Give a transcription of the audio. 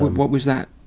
what was that,